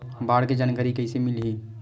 बाढ़ के जानकारी कइसे मिलही?